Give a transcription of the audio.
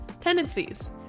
tendencies